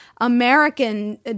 American